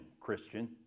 Christian